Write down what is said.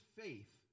faith